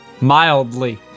Mildly